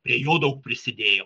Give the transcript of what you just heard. prie jo daug prisidėjo